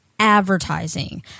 advertising